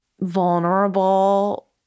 vulnerable